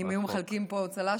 אם היו מחלקים פה צל"שים,